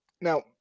now